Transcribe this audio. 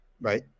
right